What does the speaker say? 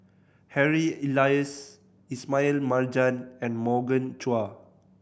Harry Elias Ismail Marjan and Morgan Chua